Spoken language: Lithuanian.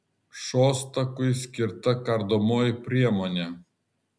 šostakui skirta kardomoji priemonė